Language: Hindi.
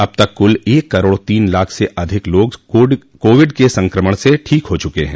अब तक कुल एक करोड तीन लाख से अधिक लोग कोविड के संक्रमण से ठीक हो चुके हैं